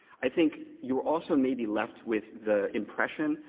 i think you also may be left with the impression,